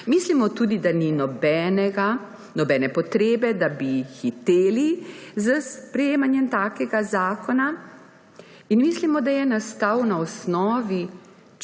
Mislimo tudi, da ni nobene potrebe, da bi hiteli s sprejemanjem takega zakona in mislimo, da je nastal na osnovi